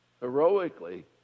heroically